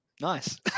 Nice